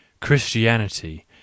Christianity